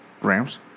Rams